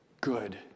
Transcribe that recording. good